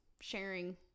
sharing